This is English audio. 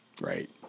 Right